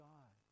God